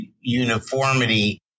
uniformity